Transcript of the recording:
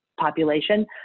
population